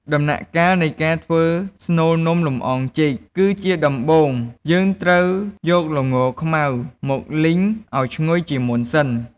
ដំណាក់កាលនៃការធ្វើស្នូលនំលម្អងចេក គឺជាដំបូងយើងត្រូវយកល្ងខ្មៅមកលីងឱ្យឈ្ងុយជាមុនសិន។